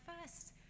first